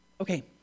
Okay